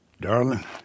Darling